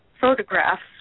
photographs